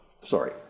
sorry